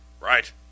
Right